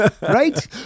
right